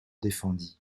défendit